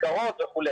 מסגרות וכו',